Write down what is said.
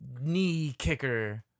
knee-kicker